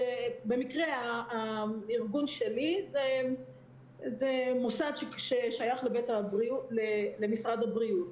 הארגון שלי הוא מוסד ששייך למשרד הבריאות,